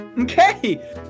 okay